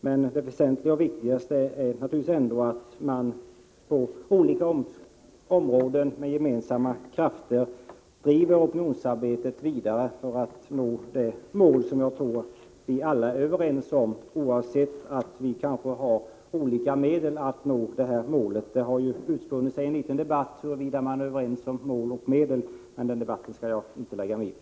Men det mest väsentliga är naturligtvis ändå att man på olika områden med gemensamma krafter driver opinionsarbetet vidare för att nå det mål som jag tror att vi alla är överens om, trots att vi kanske har olika medel för att nå detta mål. Det har ju utspunnit sig en debatt om huruvida man är överens om mål och medel, men den debatten skall jag inte lägga mig i.